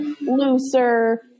looser